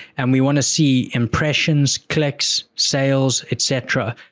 and we want to see impressions, collects, sales, et cetera.